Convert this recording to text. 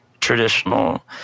traditional